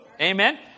Amen